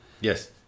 Yes